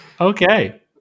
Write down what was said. Okay